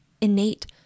innate